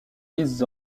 mises